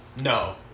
No